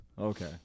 Okay